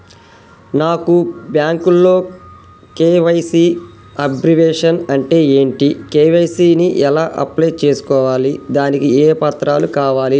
నాకు బ్యాంకులో KYC abbreviation అంటే ఏంటి కే.వై.సీ ని ఎలా అప్లై చేసుకోవాలి దానికి ఏ పత్రాలు కావాలి?